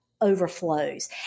overflows